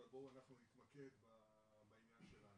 אבל בואו אנחנו נתמקד בעניין שלנו.